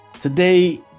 today